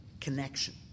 connection